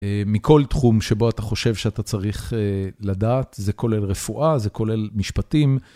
מכל תחום שבו אתה חושב שאתה צריך לדעת, זה כולל רפואה, זה כולל משפטים.